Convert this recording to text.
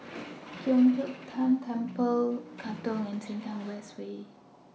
Giok Hong Tian Temple Katong and Sengkang West Way